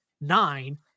nine